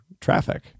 traffic